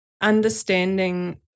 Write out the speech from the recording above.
understanding